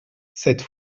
cette